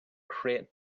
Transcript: crate